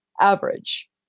average